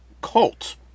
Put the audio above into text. cult